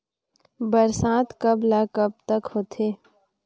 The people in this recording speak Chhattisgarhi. बरसात कब ल कब तक होथे?